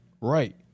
Right